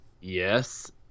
Yes